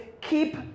keep